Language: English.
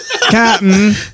Captain